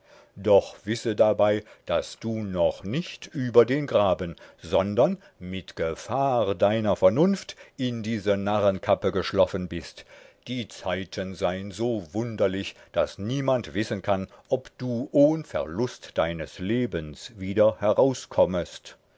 doch wisse dabei daß du noch nicht über den graben sondern mit gefahr deiner vernunft in diese narrenkappe geschloffen bist die zeiten sein so wunderlich daß niemand wissen kann ob du ohn verlust deines lebens wieder herauskommest